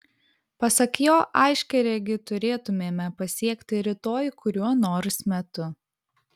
pasak jo aiškiaregį turėtumėme pasiekti rytoj kuriuo nors metu